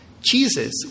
Jesus